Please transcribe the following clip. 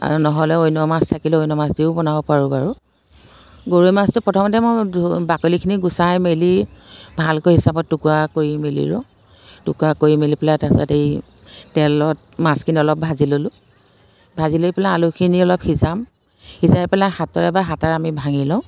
আৰু নহ'লে অন্য মাছ থাকিলেও অন্য মাছ দিও বনাব পাৰোঁ বাৰু গৰৈ মাছটো প্ৰথমতে মই ধু বাকলিখিনি গুচাই মেলি ভালকৈ হিচাপত টুকুৰা কৰি মেলি টুকুৰা কৰি মেলি পেলাই তাৰ পাছত হেৰি তেলত মাছখিনি অলপ ভাজি ল'লোঁ ভাজি লৈ পেলাই আলুখিনি অলপ সিজাম সিজাই পেলাই হাতেৰে বা হেতাৰে আমি ভাঙি লওঁ